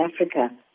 Africa